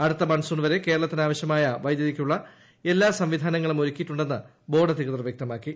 അടുത്ത മൺസൂൺ വരെ കേരളത്തിനാവശ്യമായ വൈദ്യുതിക്കുള്ള എല്ലാ സംവിധാനങ്ങളും ഒരുക്കിയിട്ടുണ്ടെന്ന് ബോർഡ് അധികൃതർ വൃക്തമാക്കി